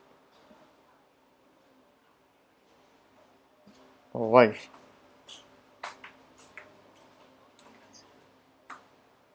oh why